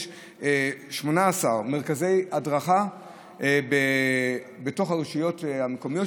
יש 18 מרכזי הדרכה בתוך הרשויות המקומיות,